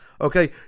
Okay